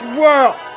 world